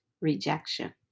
Rejection